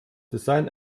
design